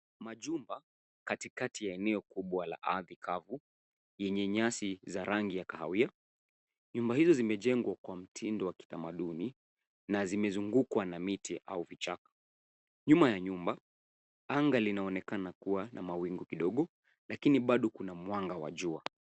Majumba katikati ya eneo kubwa la ardhi kavu yenye nyasi za rangi ya kahawia. Nyuma hizo zimejengwa kwa mtindo wa kitamaduni na zimezungukwa na miti au kichaka. Nyuma ya nyumba, anga linaonekana kuwa na mawingu kidogo lakini bado kuna mwanga wa jua.